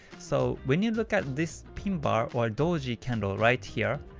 so when you look at this pin bar or doji candle right here,